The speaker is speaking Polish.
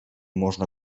można